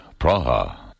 Praha